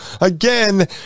again